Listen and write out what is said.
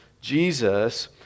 Jesus